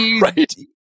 Right